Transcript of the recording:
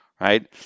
right